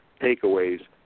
takeaways